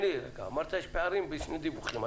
אמרת, יש פערים בשני דיווחים.